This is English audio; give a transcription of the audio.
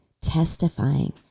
testifying